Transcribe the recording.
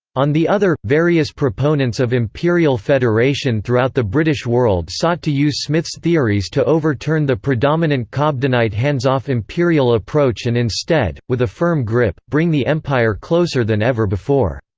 on the other, various proponents of imperial federation throughout the british world sought to use smith's theories to overturn the predominant cobdenite hands-off imperial approach and instead, with a firm grip, bring the empire closer than ever before.